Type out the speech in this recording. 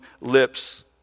lips